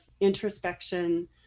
introspection